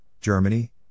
Germany